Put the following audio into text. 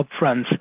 upfronts